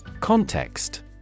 Context